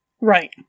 Right